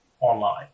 online